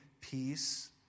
peace